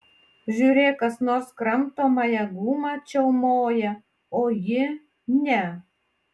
žiūrėk kas nors kramtomąją gumą čiaumoja o ji ne